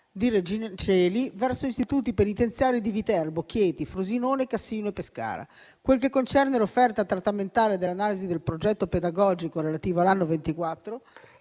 di Regina Coeli verso istituti penitenziari di Viterbo, Chieti, Frosinone, Cassino e Pescara. Per quel che concerne l'offerta trattamentale dell'analisi del progetto pedagogico relativo all'anno